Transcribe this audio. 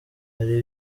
hari